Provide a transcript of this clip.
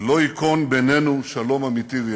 לא ייכון בינינו שלום אמיתי ויציב.